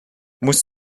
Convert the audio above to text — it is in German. muss